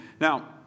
now